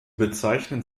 bezeichnen